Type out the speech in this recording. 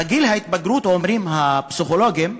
בגיל ההתבגרות, אומרים הפסיכולוגים,